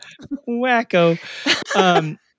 Wacko